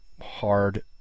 hard